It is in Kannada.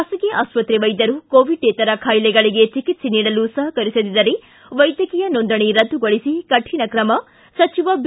ಬಾಸಗಿ ಆಸ್ಪತ್ರೆ ವೈದ್ಯರು ಕೋವಿಡ್ಯೇತರ ಖಾಯಿಲೆಗಳಿಗೆ ಚಿಕಿತ್ಸೆ ನೀಡಲು ಸಪಕರಿಸದಿದ್ದರೆ ವೈದ್ಯಕೀಯ ನೋಂದಣಿ ರದ್ದುಗೊಳಿಸಿ ಕರಿಣ ಕ್ರಮ ಸಚಿವ ಬಿ